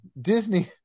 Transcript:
Disney